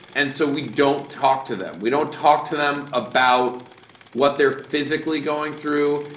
and so we don't talk to them. we don't talk to them about what they're physically going through,